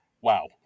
wow